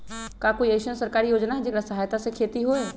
का कोई अईसन सरकारी योजना है जेकरा सहायता से खेती होय?